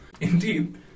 Indeed